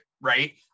right